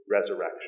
resurrection